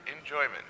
enjoyment